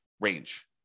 range